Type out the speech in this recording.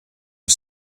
the